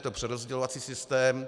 Je to přerozdělovací systém.